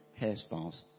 hairstyles